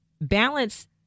Balance